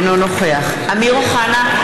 אינו נוכח אמיר אוחנה,